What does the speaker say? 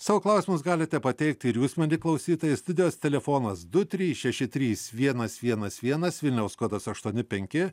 savo klausimus galite pateikti ir jūs mieli klausytojai studijos telefonas du trys šeši trys vienas vienas vienas vilniaus kodas aštuoni penki